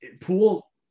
pool